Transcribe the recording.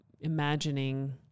imagining